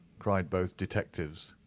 cried both detectives.